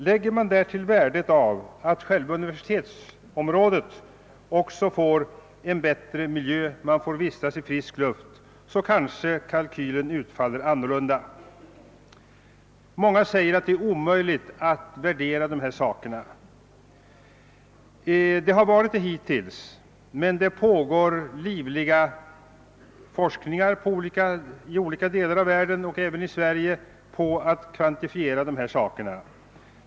Lägger man därtill värdet av att själva universitetsområdet får en bättre miljö och att man får vistas i frisk luft kanske kalkylen utfaller annorlunda. Många säger att det är omöjligt att värdera dessa faktorer. Det har varit omöjligt hittills, men det pågår livliga forskningar i olika delar av världen och även i Sverige i syfte att kvantifiera dem.